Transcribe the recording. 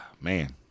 man